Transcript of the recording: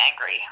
angry